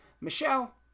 Michelle